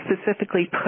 specifically